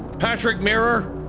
patrck mirror!